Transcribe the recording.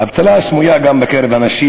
אבטלה סמויה יש גם בקרב הנשים,